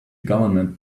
government